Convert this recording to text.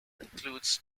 includes